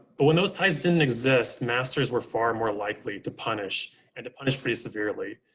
but when those ties didn't exist, masters were far more likely to punish and to punish pretty severely.